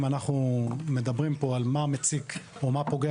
אם אנחנו מדברים פה על מה מציק או מה פוגע